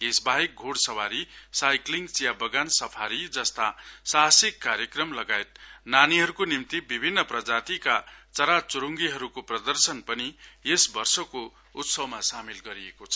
यस बाहेक घोड़ सवारीलाइक्लिङचिया बगान सफारी जस्ता साहसिक कार्यक्रम लगायत नानीहरुको निम्ती विभिन्न प्रजातिका चरा चुरुङगी हरुको प्रदर्शन पनि यस वर्षको उत्सवमा सामेल गरिएको छ